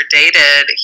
dated